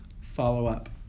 follow-up